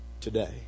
today